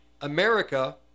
America